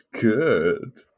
good